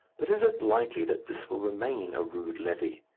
but is it likely that this will remain a rude levy?